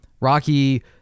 Rocky